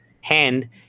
hand